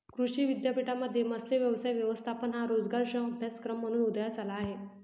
कृषी विद्यापीठांमध्ये मत्स्य व्यवसाय व्यवस्थापन हा रोजगारक्षम अभ्यासक्रम म्हणून उदयास आला आहे